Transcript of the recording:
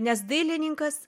nes dailininkas